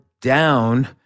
down